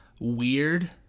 weird